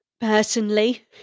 personally